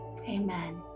Amen